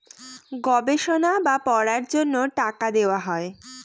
গবেষণা বা পড়ার জন্য টাকা দেওয়া হয়